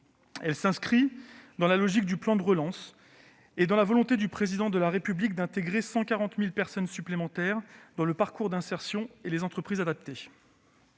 Elle s'inscrit dans la logique du plan de relance et dans la volonté du Président de la République d'intégrer 140 000 personnes supplémentaires dans les parcours d'insertion et les entreprises adaptées.